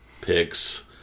picks